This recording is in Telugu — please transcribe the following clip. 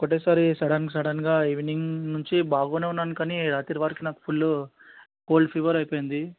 ఒకసారి సడన్ సడన్గా ఈవినింగ్ నుంచి బాగా ఉన్నాను కానీ రాత్రి వరకు నాకు ఫుల్ కోల్డ్ ఫీవర్ అయిపోయింది